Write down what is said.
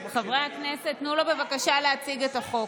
חברי הכנסת, תנו לו, בבקשה, להציג את החוק.